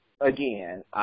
again